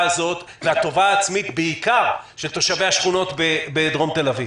והטובה העצמית בעיקר של תושבי השכונות בדרום תל אביב,